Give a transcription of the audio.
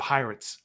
Pirates